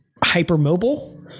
hypermobile